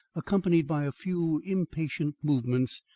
accompanied by a few impatient movements,